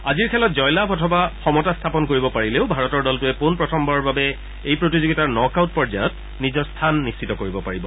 আজিৰ খেলত জয়লাভ অথবা সমতা স্থাপন কৰিব পাৰিলেও ভাৰতৰ দলটোৱে পোনপ্ৰথমবাৰৰ বাবে এই প্ৰতিযোগিতাৰ নক আউট পৰ্যায়ত নিজৰ স্থান নিশ্চিত কৰিব পাৰিব